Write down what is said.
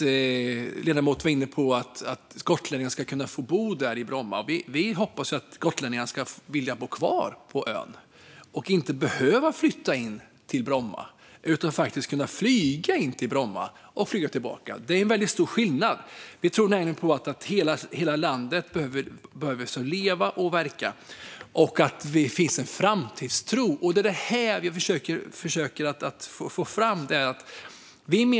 Ledamoten var inne på att gotlänningar ska kunna få bo i Bromma. Men vi hoppas att gotlänningarna ska vilja på kvar på ön och inte behöva flytta till Bromma utan faktiskt kunna flyga till Bromma och tillbaka. Det är en väldigt stor skillnad. Vi tror nämligen att hela landet behöver leva och verka och att det finns en framtidstro. Det är det som vi försöker föra fram.